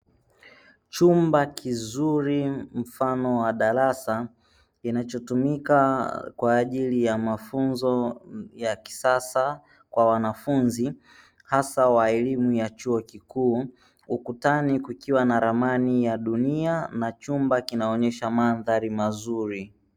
Chumba kizuri mfano wa darasa kinachotumika kwa ajili ya mafunzo ya kisasa kwa wanafunzi hasa wa elimu ya chuo kikuu ukutani kukiwa na ramani ya dunia na chumba kinaonyesha mandhari mazuri.